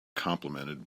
complimented